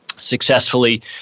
Successfully